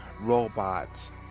robots